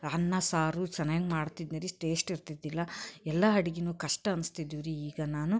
ಅನ್ನ ಸಾರು ಚೆನ್ನಾಗಿ ಮಾಡ್ತಿದ್ನಿ ರೀ ಟೇಶ್ಟ್ ಇರ್ತಿದ್ದಿಲ್ಲ ಎಲ್ಲ ಅಡಿಗೇನೂ ಕಷ್ಟ ಅನಿಸ್ತಿದ್ವು ರೀ ಈಗ ನಾನು